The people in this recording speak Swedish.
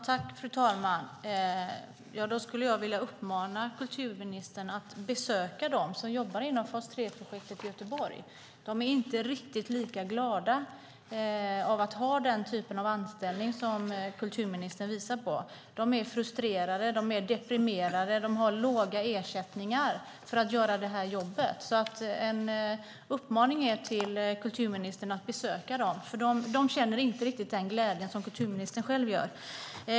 Fru talman! Jag skulle vilja uppmana kulturministern att besöka dem som jobbar inom fas 3-projektet i Göteborg. De är inte riktigt lika glada över att ha den typ av anställning som kulturministern pekar på. De är frustrerade och deprimerade. De har låga ersättningar för att göra det här jobbet. Jag uppmanar kulturministern att besöka dem, för de känner inte riktigt den glädje som kulturministern själv gör.